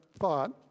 thought